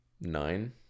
nine